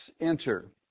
enter